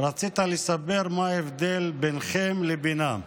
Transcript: רצית לספר מה ההבדל ביניכם לבינם.